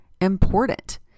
important